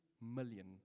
million